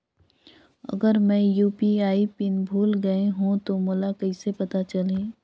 अगर मैं UPI pin भुल गये हो तो मोला कइसे पता चलही?